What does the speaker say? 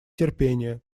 терпение